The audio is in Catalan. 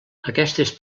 aquestes